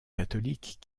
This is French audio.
catholiques